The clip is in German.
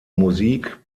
musik